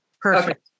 Perfect